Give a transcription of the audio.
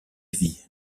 vie